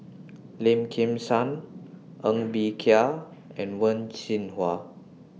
Lim Kim San Ng Bee Kia and Wen Jinhua